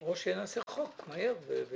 או שנעשה חוק מהר ונגמור.